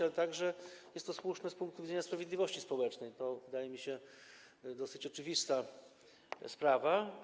Ale także jest to słuszne z punktu widzenia sprawiedliwości społecznej, to wydaje mi się dosyć oczywistą sprawą.